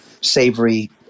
savory